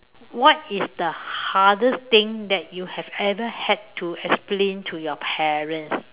what is the hardest thing that you have ever had to explain to your parents